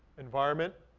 environment,